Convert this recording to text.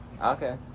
Okay